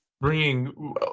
bringing